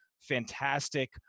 fantastic